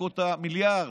מיליארד.